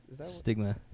stigma